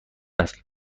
است